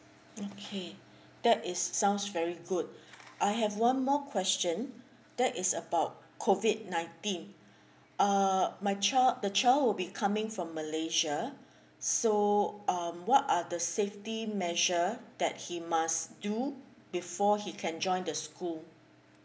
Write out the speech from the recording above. okay that is sounds very good I have one more question that is about COVID nineteen err my child the child will be coming from malaysia so um what are the safety measure that he must do before he can join the school